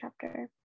chapter